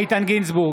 איתן גינזבורג,